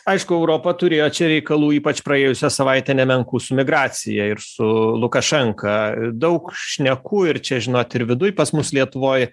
aišku europa turėjo čia reikalų ypač praėjusią savaitę nemenkų su migracija ir su lukašenka daug šnekų ir čia žinot ir viduj pas mus lietuvoj